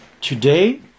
Today